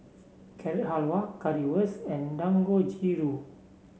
Carrot Halwa Currywurst and Dangojiru